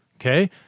Okay